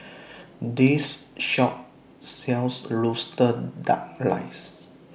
This Shop sells Roasted Duck Rice